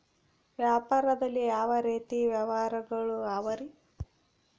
ವ್ಯಾಪಾರದಲ್ಲಿ ಯಾವ ರೇತಿ ವ್ಯಾಪಾರಗಳು ಅವರಿ?